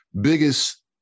biggest